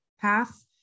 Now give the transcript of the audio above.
path